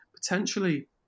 potentially